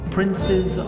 Princes